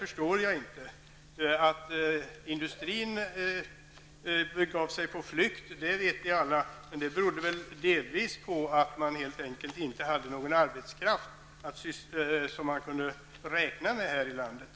Att industrin begav sig på flykt vet vi alla, men det berodde delvis på att man helt enkelt inte hade någon arbetskraft att räkna med här i landet.